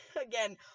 Again